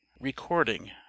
Recording